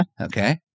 Okay